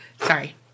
Sorry